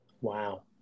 Wow